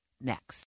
next